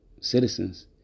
citizens